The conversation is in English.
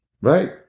Right